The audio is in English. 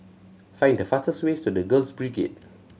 find the fastest way to The Girls Brigade